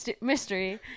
Mystery